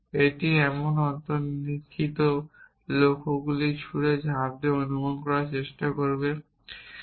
এটি এমন অন্তর্নিহিত লক্ষণগুলি জুড়ে ঝাঁপ দিয়ে অনুমান তৈরি করতে পারে